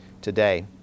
today